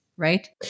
Right